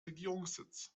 regierungssitz